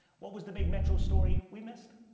what was the big metro story we missed?